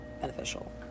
beneficial